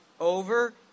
over